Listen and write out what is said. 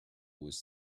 was